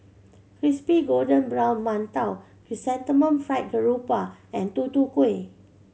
crispy golden brown mantou Chrysanthemum Fried Garoupa and Tutu Kueh